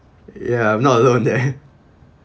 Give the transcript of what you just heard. ya I'm not alone there